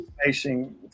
facing